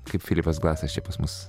kaip filipas glasas čia pas mus